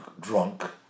drunk